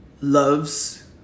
loves